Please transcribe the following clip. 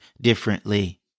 differently